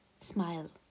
smile